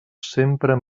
sempre